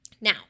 Now